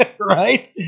Right